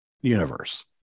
universe